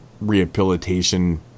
rehabilitation